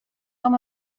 com